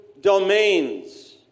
Domains